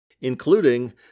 including